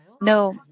No